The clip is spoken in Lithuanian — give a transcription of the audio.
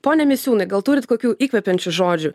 pone misiūnai gal turit kokių įkvepiančių žodžių